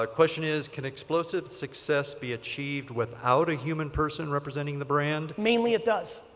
ah question is can explosive success be achieved without a human person representing the brand? mainly it does.